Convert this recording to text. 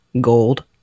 Gold